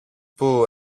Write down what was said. που